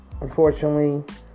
unfortunately